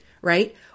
right